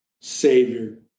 savior